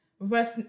verse